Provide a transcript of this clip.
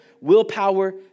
willpower